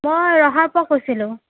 মই ৰহাৰ পৰা কৈছিলো